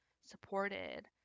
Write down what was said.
supported